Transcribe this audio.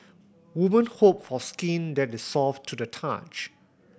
women hope for skin that is soft to the touch